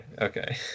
okay